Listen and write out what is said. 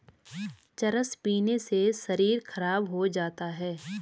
चरस पीने से शरीर खराब हो जाता है